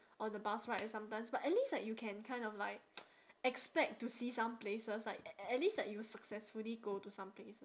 on the bus ride sometimes but at least you can kind of like expect to see some places like at at least like you successfully go to some plac~